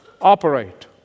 operate